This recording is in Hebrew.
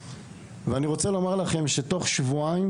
ואני רוצה לומר לכם שכבר בתוך שבועיים